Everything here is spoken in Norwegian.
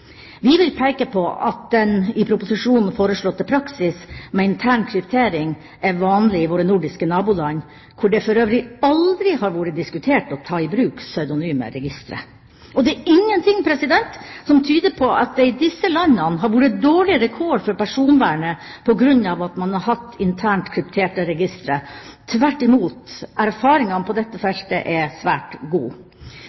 Vi vil peke på at den i proposisjonen foreslåtte praksis med intern kryptering er vanlig i våre nordiske naboland, hvor det for øvrig aldri har vært diskutert å ta i bruk pseudonyme registre. Og det er ingenting som tyder på at det i disse landene har vært dårligere kår for personvernet på grunn av at man har hatt internt krypterte registre; tvert imot, erfaringene på dette